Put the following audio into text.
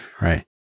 Right